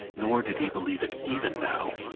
nor did he believe it even now.